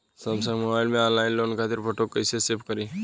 Samsung mobile में online loan खातिर photo कैसे सेभ करीं?